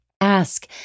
Ask